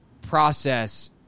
process